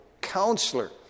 Counselor